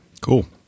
cool